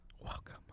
welcome